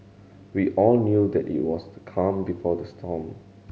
we all knew that it was the calm before the storm